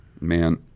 Man